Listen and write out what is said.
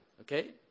Okay